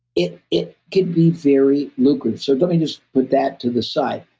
it it can be very lucrative. so, let me just put that to the side.